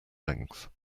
length